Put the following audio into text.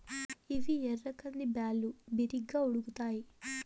ఇవి ఎర్ర కంది బ్యాళ్ళు, బిరిగ్గా ఉడుకుతాయి